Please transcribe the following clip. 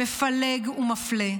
מפלג ומפלה.